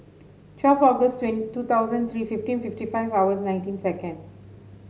twelve August two thousand three fifteen fifty five hours nineteen seconds